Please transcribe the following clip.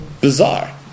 bizarre